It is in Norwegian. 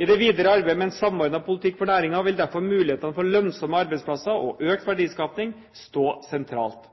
I det videre arbeidet med en samordnet politikk for næringen vil derfor mulighetene for lønnsomme arbeidsplasser og økt verdiskaping stå sentralt.